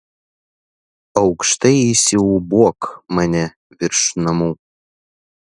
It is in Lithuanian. aukštai įsiūbuok mane virš namų